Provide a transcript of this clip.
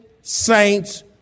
saints